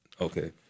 Okay